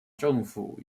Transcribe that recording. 政府